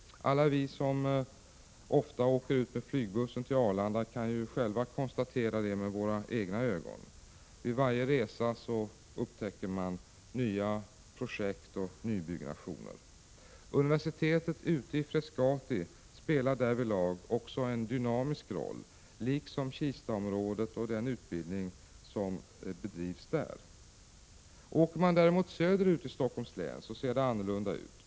Alla vi som ofta åker ut med flygbussen till Arlanda kan konstatera det med våra egna ögon. Vid varje resa upptäcker man nya projekt och nybyggnationer. Universitetet ute i Frescati spelar därvidlag också en dynamisk roll liksom Kistaområdet och den utbildning som bedrivs där. Åker man däremot söderut i Stockholms län ser det annorlunda ut.